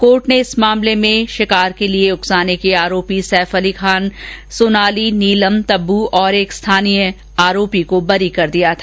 court ने इस मामले में शिकार के लिए उकसाने के आरोपी सैफ अली खान सोनाली नीलम तब्बू तथा एक स्थानीय आरोपी दुष्यंतसिंह को बरी कर दिया था